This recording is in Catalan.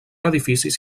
edificis